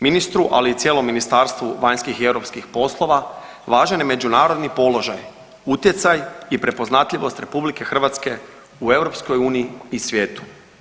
Ministru, ali i cijelom Ministarstvu vanjskih i europskih poslova važan je međunarodni položaj, utjecaj i prepoznatljivost RH u EU i svijetu.